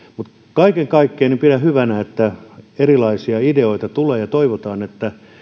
kaiken kaikkiaan pidän hyvänä että erilaisia ideoita tulee ja toivotaan että